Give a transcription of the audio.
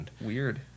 Weird